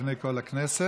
בפני כל הכנסת.